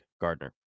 Gardner